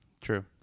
True